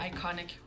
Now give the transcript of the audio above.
Iconic